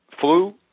Flu